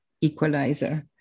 equalizer